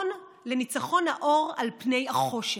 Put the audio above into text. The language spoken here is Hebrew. לניצחון האור על פני החושך.